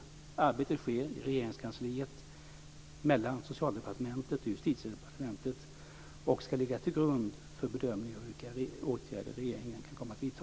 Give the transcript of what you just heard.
Arbetet sker i Regeringskansliet mellan Socialdepartementet och Justitiedepartementet och ska ligga till grund för bedömning av vilka åtgärder regeringen kan komma att vidta.